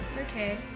Okay